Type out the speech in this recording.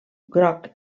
groc